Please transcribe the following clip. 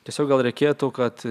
tiesiog gal reikėtų kad